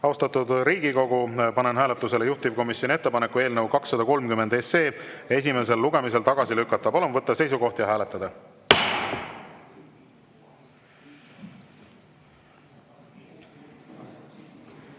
Austatud Riigikogu, panen hääletusele juhtivkomisjoni ettepaneku eelnõu 230 esimesel lugemisel tagasi lükata. Palun võtta seisukoht ja hääletada!